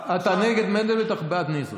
אז אתה נגד מנדלבליט אך בעד נזרי.